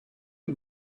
you